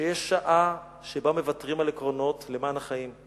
שיש שעה שבה מוותרים על עקרונות למען החיים,